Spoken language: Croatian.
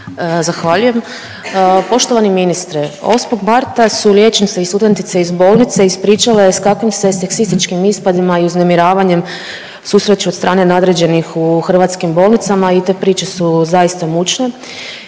Zahvaljujem. Poštovani ministre, 8. marta su liječnice i studentice iz bolnice ispričale s kakvim se seksističkim ispadima i uznemiravanjem susreću od strane nadređenih u hrvatskim bolnicama i te priče su zaista mučne.